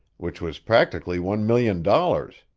which was practically one million dollars.